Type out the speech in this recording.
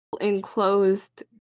enclosed